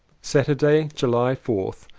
saturday, july fourth.